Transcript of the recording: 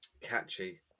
catchy